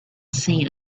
seen